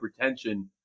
hypertension